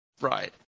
Right